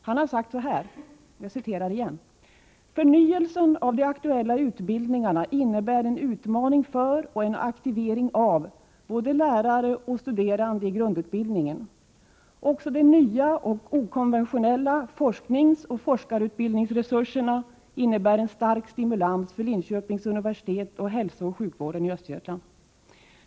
Han har sagt så här: ”Förnyelsen av de aktuella utbildningarna innebär en utmaning för och en aktivering av både lärare och studerande i grundutbildningen. Också de nya och okonventionella forskningsoch forskarutbildningsresurserna innebär en stark stimulans för Linköpings universitet och hälsooch sjukvården i Östergötland.